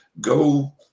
go